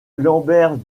lambert